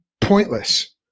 pointless